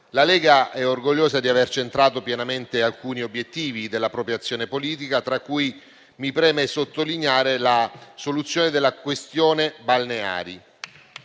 La Lega è orgogliosa di aver centrato pienamente alcuni obiettivi della propria azione politica, tra cui mi preme sottolineare la soluzione della questione balneari.